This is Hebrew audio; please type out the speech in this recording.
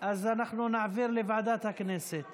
אז אנחנו נעביר לוועדת הכנסת